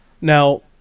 Now